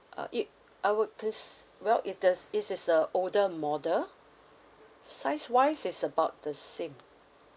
uh it I would cons~ well it is it is the older model size wise is about the same